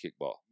kickball